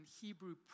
Hebrew